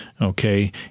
okay